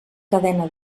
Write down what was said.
cadena